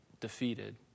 defeated